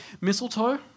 Mistletoe